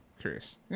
curious